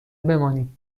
بمانید